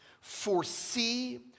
foresee